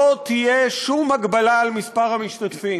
לא תהיה שום הגבלה על מספר המשתתפים.